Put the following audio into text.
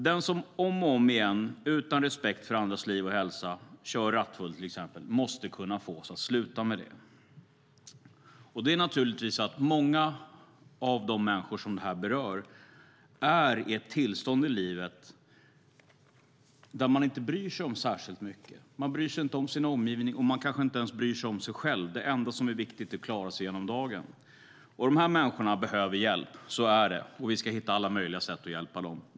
Den som om och om igen utan respekt för andras liv och hälsa kör rattfull, till exempel, måste kunna fås att sluta med det. Många av de människor som detta berör är naturligtvis i ett tillstånd i livet där man inte bryr sig om särskilt mycket. Man bryr sig inte om sin omgivning, och man kanske inte ens bryr sig om sig själv. Det enda som är viktigt är att klara sig genom dagen. Dessa människor behöver hjälp; så är det. Vi ska hitta alla möjliga sätt att hjälpa dem.